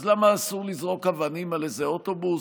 אז למה אסור לזרוק אבנים על איזה אוטובוס?